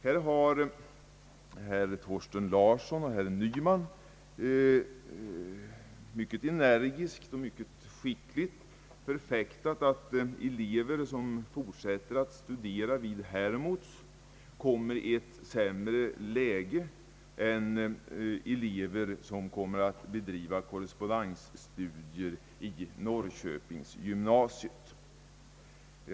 Herrar Thorsten Larsson och Nyman har mycket energiskt och mycket skickligt förfäktat att elever som fortsätter att studera vid Hermods kommer i ett sämre läge än elever som kommer att bedriva korrespondensstudier vid Norrköpingsgymnasiet.